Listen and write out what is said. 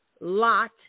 lot